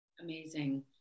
Amazing